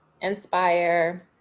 inspire